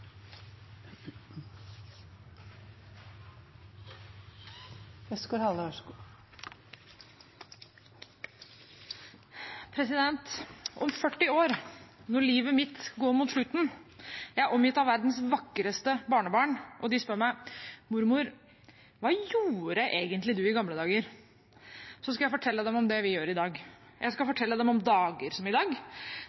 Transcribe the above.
omgitt av verdens vakreste barnebarn, og de spør meg: Mormor, hva gjorde egentlig du i gamle dager? – da skal jeg fortelle dem om det vi gjør i dag. Jeg skal